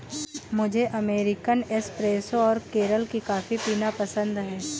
मुझे American espresso और केरल की कॉफी पीना पसंद है